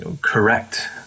correct